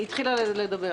היא התחילה להסביר.